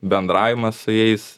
bendravimas su jais